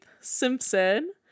Simpson